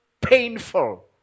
painful